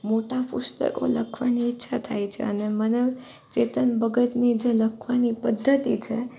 મોટા પુસ્તકો લખવાની ઈચ્છા થાય છે અને મને ચેતન ભગતની જે લખવાની પદ્ધતિ છે